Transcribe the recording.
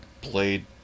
played